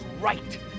right